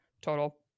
total